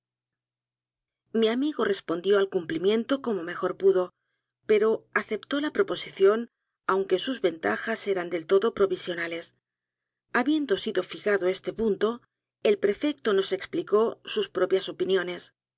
mi amigo respondió al cumplimiento como mejor pudo pero aceptó la proposición aunque sus ventajas eran del todo provisionales habiendo sido fijado este punto el prefecto nos explicó sus propias opiniones